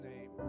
name